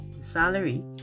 salary